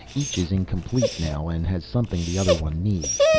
each is incomplete now, and has something the other one needs.